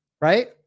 right